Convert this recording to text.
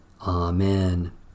Amen